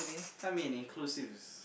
I mean inclusive is